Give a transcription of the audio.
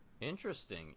Interesting